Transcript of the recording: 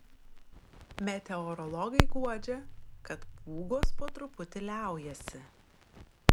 meteorologai guodžia kad pūgos po truputį liaujasi